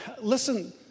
Listen